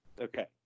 Okay